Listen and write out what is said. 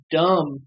dumb